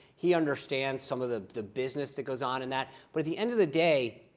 he understands some of the the business that goes on in that. but at the end of the day,